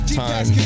time